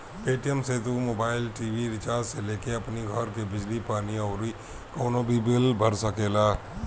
Paytm से तू mobile, TV recharge से लेके अपनी घर के बिजली पानी अउरी कवनो भी बिल भर सकेला